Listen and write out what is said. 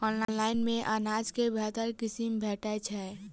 Online मे अनाज केँ बेहतर किसिम भेटय छै?